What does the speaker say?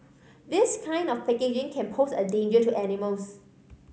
this kind of packaging can pose a danger to animals